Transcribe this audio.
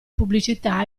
pubblicità